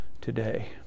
today